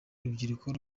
urubyiruko